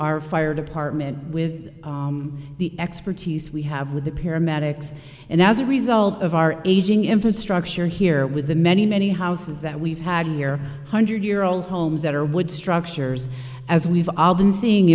our fire department with the expertise we have with the paramedics and as a result of our aging infrastructure here with the many many houses that we've had here hundred year old homes that are wood structures as we've all been seeing